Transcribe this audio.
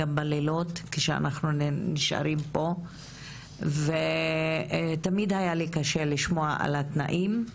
גם בלילות כשאנחנו נשארים פה ותמיד היה לי קשה לשמוע על התנאים שלכן.